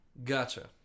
gotcha